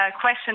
question